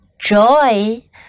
joy